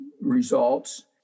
results